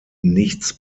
nichts